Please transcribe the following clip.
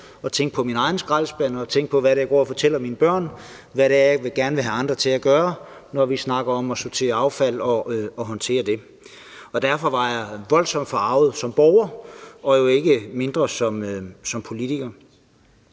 og tænkte på min egen skraldespand og tænkte på, hvad det er, jeg går og fortæller mine børn, og hvad det er, jeg gerne vil have andre til at gøre, når vi snakker om at sortere affald og håndtere det. Og derfor var jeg voldsomt forarget som borger og jo ikke mindre som politiker.